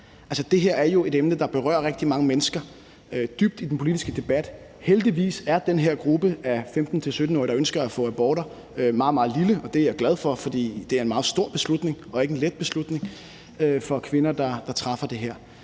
det her er jo et emne, der berører rigtig mange mennesker dybt, i den politiske debat. Heldigvis er den her gruppe af 15-17-årige, der ønsker at få abort, meget, meget lille, og det er glad jeg for, for det er en meget stor beslutning og ikke en let beslutning for de kvinder, der træffer det valg.